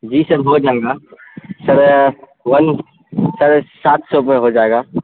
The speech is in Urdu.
جی سر ہو جائے گا سر ون سر سات سو روپئے کا ہو جائے گا